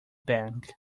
bank